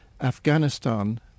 Afghanistan